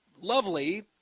lovely